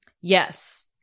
yes